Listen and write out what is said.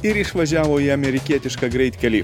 ir išvažiavo į amerikietišką greitkelį